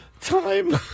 Time